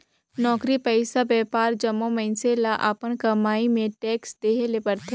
नउकरी पइसा, बयपारी जम्मो मइनसे ल अपन कमई में टेक्स देहे ले परथे